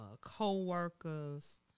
coworkers